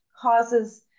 causes